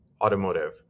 Automotive